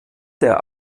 der